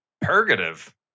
Purgative